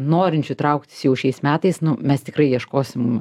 norinčių trauktis jau šiais metais nu mes tikrai ieškosim